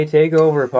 Takeover